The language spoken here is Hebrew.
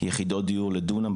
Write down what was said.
יחידות דיור לדונם,